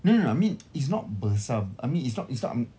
no no no I mean it's not besar I mean it's not it's not um